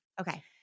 Okay